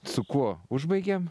su kuo užbaigiam